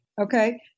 okay